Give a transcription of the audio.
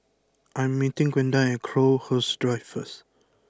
I am meeting Gwenda at Crowhurst Drive first